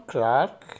Clark